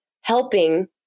helping